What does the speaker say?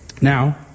Now